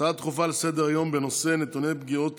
הצעות בנושא: נתונים על פגיעות